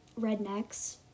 rednecks